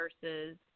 versus